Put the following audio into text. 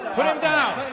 put him down.